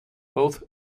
both